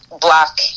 black